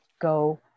go